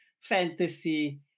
fantasy